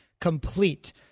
complete